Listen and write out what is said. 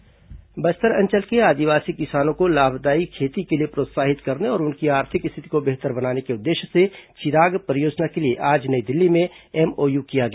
चिराग परियोजना बस्तर अंचल के आदिवासी किसानों को लाभदायी खेती के लिए प्रोत्साहित करने और उनकी आर्थिक स्थिति को बेहतर बनाने के उद्देश्य से चिराग परियोजना के लिए आज नई दिल्ली में एमओयू किया गया